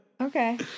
Okay